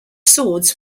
swords